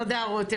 תודה רותם.